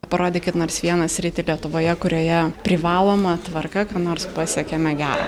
parodykit nors vieną sritį lietuvoje kurioje privaloma tvarka ką nors pasiekėme gerą